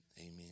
amen